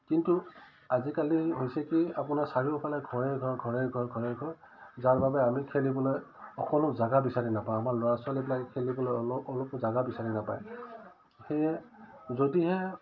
কিন্তু আজিকালি হৈছে কি আপোনাৰ চাৰিওফালে ঘৰে ঘৰ ঘৰে ঘৰ ঘৰে ঘৰ যাৰ বাবে আমি খেলিবলৈ অকণো জাগা বিচাৰি নাপাওঁ আমাৰ ল'ৰা ছোৱালীবিলাক খেলিবলৈ অল অলপো জাগা বিচাৰি নাপায় সেয়ে যদিহে